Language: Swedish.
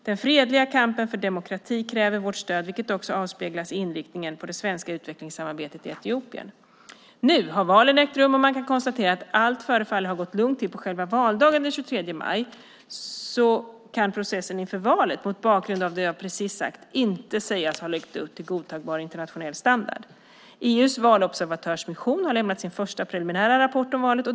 Den fredliga kampen för demokrati kräver vårt stöd, vilket också avspeglas i inriktningen på det svenska utvecklingssamarbetet i Etiopien. Nu har valen ägt rum. Även om man kan konstatera att allt förefaller ha gått lugnt till på själva valdagen den 23 maj så kan processen inför valet, mot bakgrund av det jag precis sagt, inte sägas ha levt upp till godtagbar internationell standard. EU:s valobservatörsmission har lämnat sin första preliminära rapport om valet.